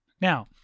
Now